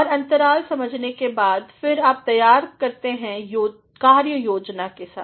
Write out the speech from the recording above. और अंतराल समझने के बाद फिर आप तैयार हैं कार्य योजना के साथ